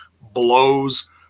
blows